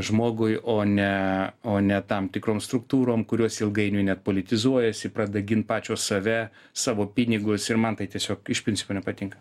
žmogui o ne o ne tam tikrom struktūrom kurios ilgainiui net politizuojasi pradeda gint pačios save savo pinigus ir man tai tiesiog iš principo nepatinka